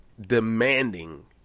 demanding